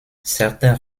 certains